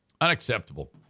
Unacceptable